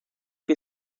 que